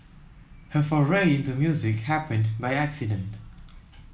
her foray into music happened by accident